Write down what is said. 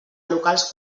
locals